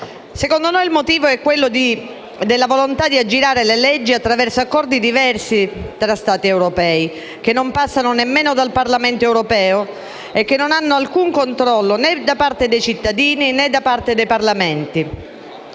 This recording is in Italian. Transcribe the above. Secondo noi il motivo è la volontà di aggirare le leggi attraverso accordi diversi tra Stati europei, che non passano nemmeno dal Parlamento europeo e che non hanno alcun controllo, né da parte dei cittadini, né da parte dei parlamenti.